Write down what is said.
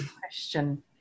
question